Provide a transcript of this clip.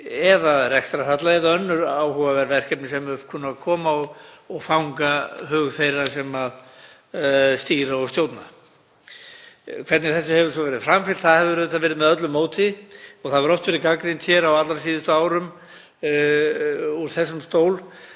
eða rekstrarhalla eða önnur áhugaverð verkefni sem upp kunna að koma og fanga hug þeirra sem stýra og stjórna. Hvernig þessu hefur þó verið framfylgt hefur auðvitað verið með öllu móti og hefur oft verið gagnrýnt á allra síðustu árum úr þessum stól